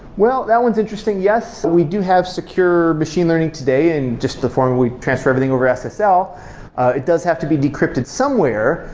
well that one's interesting. yes, we do have secure machine learning today and just the form we transfer everything over so so ssl. it does have to be decrypted somewhere,